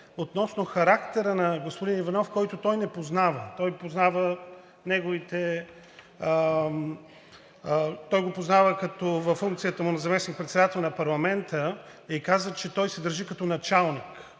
относно характера на господин Иванов, когото той не познава – познава го във функцията му на заместник председател на парламента, и каза, че той се държи като началник.